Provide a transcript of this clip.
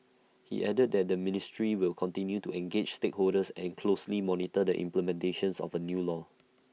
he added that the ministry will continue to engage stakeholders and closely monitor the implementation of the new law